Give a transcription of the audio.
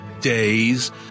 days